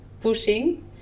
pushing